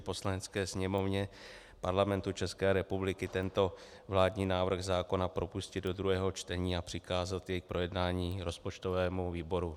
Poslanecké sněmovně Parlamentu České republiky tento vládní návrh zákona propustit do druhého čtení a přikázat jej k projednání rozpočtovému výboru.